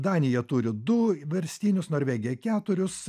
danija turi du verstinius norvegija keturius